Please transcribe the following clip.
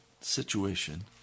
situation